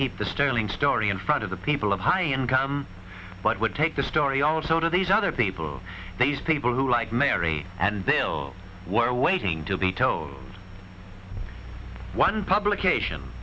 keep the sterling story in front of the people of high income but would take the story also to these other people these people who like mary and bill were waiting to be told one publication